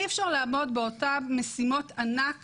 אי אפשר לעמוד באותן משימות ענק